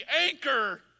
anchor